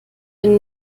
bin